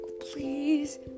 Please